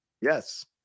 Yes